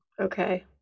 Okay